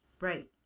Right